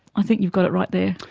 i think you've got it right there.